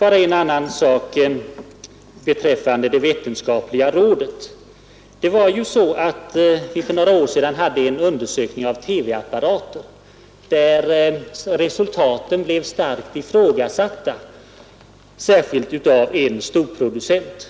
Låt mig tillägga bara en sak. Den rör det vetenskapliga rådet som vi föreslagit att konsumentverket skall få. För några år sedan gjordes en undersökning av TV-apparater där resultaten starkt ifrågasattes, särskilt av en storproducent.